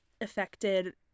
affected